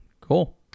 cool